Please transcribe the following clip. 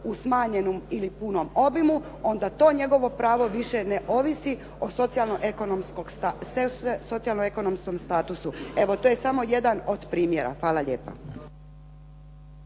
u smanjenom ili punom obimu, onda to njegovo pravo više ne ovisi o socijalno ekonomskom statusu. Evo, to je samo jedan od primjera. Hvala lijepa.